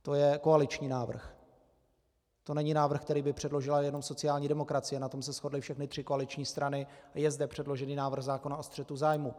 To je koaliční návrh, to není návrh, který by předložila jenom sociální demokracie, na tom se shodly všechny tři koaliční strany a je zde předložený návrh zákona o střetu zájmů.